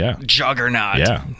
juggernaut